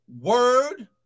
Word